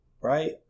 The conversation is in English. right